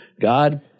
God